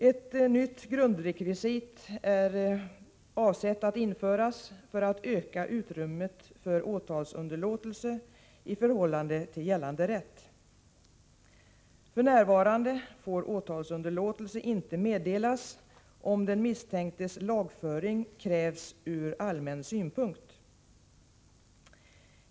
Ett nytt grundrekvisit är avsett att införas för att öka utrymmet för åtalsunderlåtelse i förhållande till gällande rätt. F.n. får åtalsunderlåtelse inte meddelas om den misstänktes lagföring krävs från allmän synpunkt.